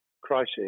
crisis